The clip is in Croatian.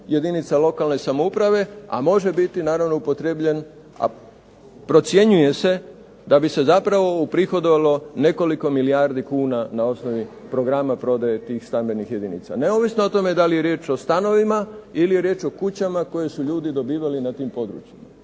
jedinica lokalne samouprave, a može biti naravno upotrijebljen, a procjenjuje se da bi se zapravo uprihodovalo nekoliko milijardi kuna na osnovi programa prodaje tih stambenih jedinica. Neovisno o tome da li je riječ o stanovima ili je riječ o kućama koje su ljudi dobivali na tim područjima.